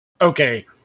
Okay